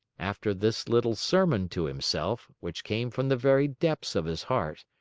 after this little sermon to himself, which came from the very depths of his heart,